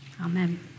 Amen